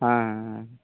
ହଁ ହଁ